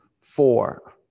four